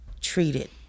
treated